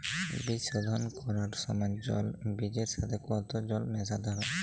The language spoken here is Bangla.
বীজ শোধন করার সময় জল বীজের সাথে কতো জল মেশাতে হবে?